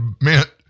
meant